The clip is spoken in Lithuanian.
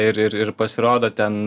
ir ir ir pasirodo ten